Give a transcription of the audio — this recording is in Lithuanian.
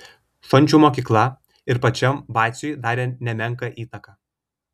šančių mokykla ir pačiam vaciui darė nemenką įtaką